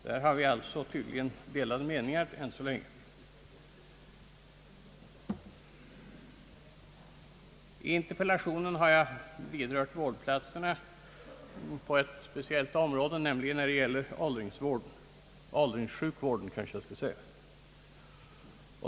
Där har vi alltså tydligen delade meningar ännu så länge. I interpellationen har jag nämnt vårdplatserna på ett speciellt område, nämligen åldringssjukvårdens.